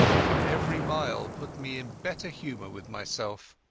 for every mile put me in better humour with myself.